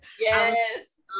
yes